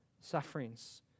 sufferings